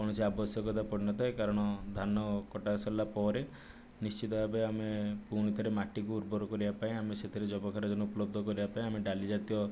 କୌଣସି ଆବଶ୍ୟକତା ପଡ଼ିନଥାଏ କାରଣ ଧାନ କଟା ସରିଲା ପରେ ନିଶ୍ଚିତ ଭାବେ ଆମେ ପୁଣି ଥରେ ମାଟିକୁ ଉର୍ବର କରିବା ପାଇଁ ଆମେ ସେଥିରେ ଯବକ୍ଷାରଜାନ୍ ଉପଲବ୍ଧ କରିବା ପାଇଁ ଆମେ ଡ଼ାଲି ଜାତୀୟ